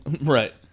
right